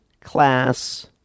class